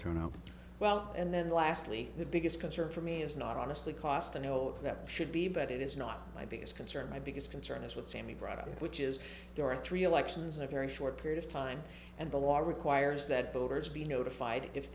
oh well and then lastly the biggest concern for me is not honestly costa no that should be but it is not my biggest concern my biggest concern is what sammy brought up which is there are three elections in a very short period of time and the law requires that voters be notified if